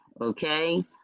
okay